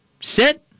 sit